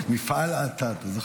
כפר אתא לשעבר.